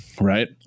Right